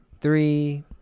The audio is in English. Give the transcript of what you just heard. three